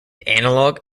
analog